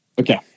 okay